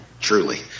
Truly